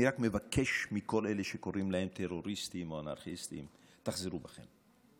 אני רק מבקש מכל אלה שקוראים להם טרוריסטים או אנרכיסטים: תחזרו בכם.